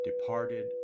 departed